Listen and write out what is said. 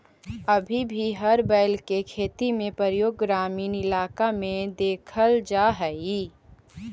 अभी भी हर बैल के खेती में प्रयोग ग्रामीण इलाक में देखल जा हई